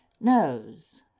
Nose